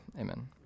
Amen